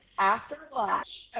after lunch, ah